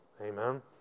Amen